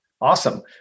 Awesome